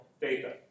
data